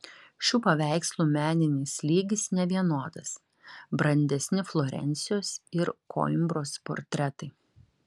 šių paveikslų meninis lygis nevienodas brandesni florencijos ir koimbros portretai